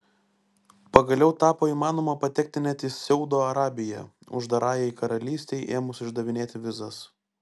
pagaliau tapo įmanoma patekti net į saudo arabiją uždarajai karalystei ėmus išdavinėti vizas